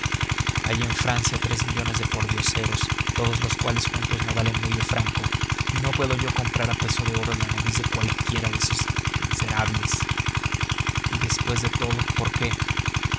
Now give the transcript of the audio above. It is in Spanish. hay en francia tres millones de pordioseros todos los cuales juntos no valen medio franco y no puedo yo comprar a peso de oro la nariz de cualquiera de esos miserables y después de todo por qué